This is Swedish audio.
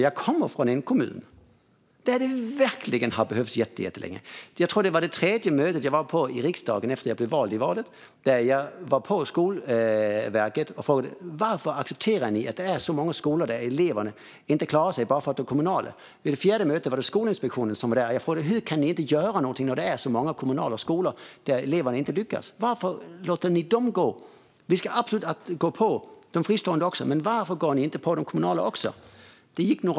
Jag kommer från en kommun där detta verkligen har behövts jättelänge. På det tredje mötet, tror jag, som jag var på i riksdagen efter att jag blivit vald frågade jag Skolverket: Varför accepterar ni att det finns så många skolor där eleverna inte klarar sig bara därför att de är kommunala? Vid det fjärde mötet var det Skolinspektionen som var där. Jag frågade: Hur kan ni inte göra någonting när det finns så många kommunala skolor där eleverna inte lyckas? Varför låter ni dem gå? Vi ska absolut gå på de fristående skolorna, men varför går ni inte på de kommunala skolorna också?